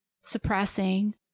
suppressing